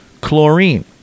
chlorine